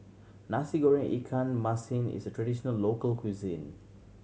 Nasi Goreng ikan masin is a traditional local cuisine